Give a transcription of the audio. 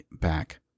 back